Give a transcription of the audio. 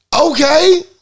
Okay